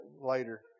later